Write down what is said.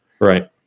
Right